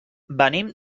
venim